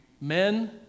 Men